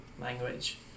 language